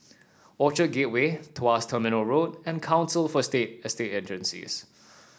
Orchard Gateway Tuas Terminal Road and Council for state Estate Agencies